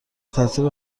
تاثیر